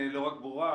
לא רק ברורה,